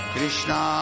Krishna